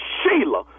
Sheila